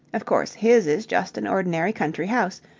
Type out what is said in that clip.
of course, his is just an ordinary country house,